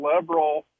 liberal